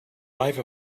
life